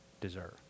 deserve